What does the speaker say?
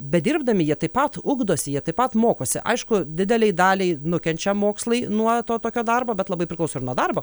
bedirbdami jie taip pat ugdosi jie taip pat mokosi aišku didelei daliai nukenčia mokslai nuo to tokio darbo bet labai priklauso ir nuo darbo